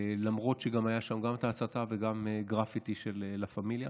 למרות שהיו שם גם הצתה וגם גרפיטי של לה פמיליה.